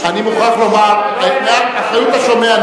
זה על אחריות השומע.